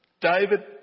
David